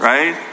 Right